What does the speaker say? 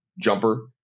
jumper